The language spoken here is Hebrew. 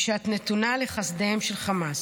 ושאת נתונה לחסדיהם של החמאס.